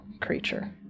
creature